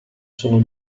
sono